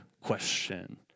question